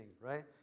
right